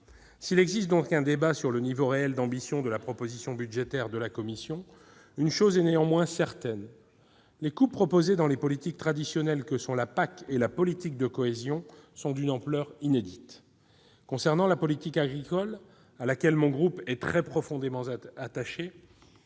S'il existe donc un débat sur le niveau réel d'ambition de la proposition budgétaire de la Commission, une chose est certaine : les coupes proposées dans ces politiques traditionnelles que sont la PAC et la politique de cohésion sont d'une ampleur inédite. Concernant la politique agricole, à laquelle mon groupe est très profondément attaché,